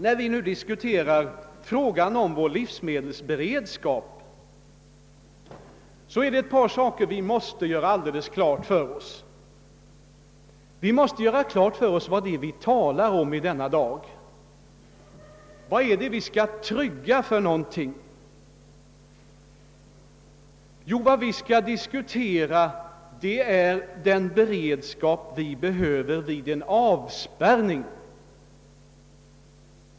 När vi diskuterar livsmedelsberedskapen skall vi ha ett par saker klara för oss. Först och främst skall vi veta vad det är vi talar om och vad vi skall trygga. Vi skall nu diskutera den beredskap vi behöver ha vid en avspärrning.